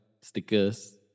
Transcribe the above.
stickers